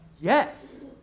Yes